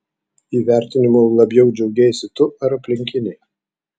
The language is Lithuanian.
įvertinimu labiau džiaugeisi tu ar aplinkiniai